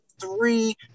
three